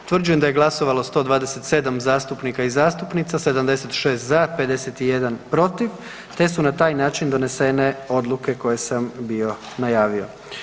Utvrđujem da je glasovalo 127 zastupnika i zastupnica, 76 za, 51 protiv te su na taj način donesene odluke koje sam bio najavio.